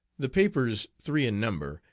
the papers, three in number,